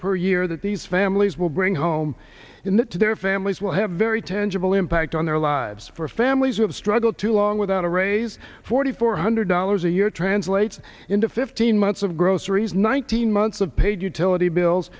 per year that these families will bring home in that to their families will have a very tangible impact on their lives for families who have struggled to own without a raise forty four hundred dollars a year translates into fifteen months of groceries nineteen months of paid utility bills